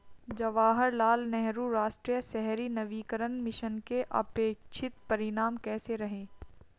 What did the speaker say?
जवाहरलाल नेहरू राष्ट्रीय शहरी नवीकरण मिशन के अपेक्षित परिणाम कैसे रहे?